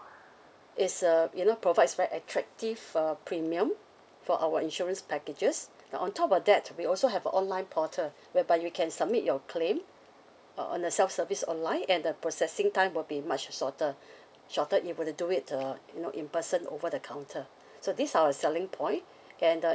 is uh you know provides very attractive uh premium for our insurance packages now on top of that we also have a online portal whereby you can submit your claim uh on the self service online and the processing time will be much shorter shorter if you were to do it uh you know in person over the counter so this is our selling point and uh